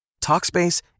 Talkspace